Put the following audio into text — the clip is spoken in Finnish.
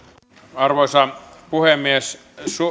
arvoisa puhemies